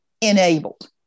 enabled